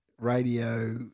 radio